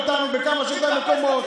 תבוא לבני ברק, ב-70 מ"ר גרים לך עשר נפשות.